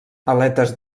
aletes